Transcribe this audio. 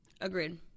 Agreed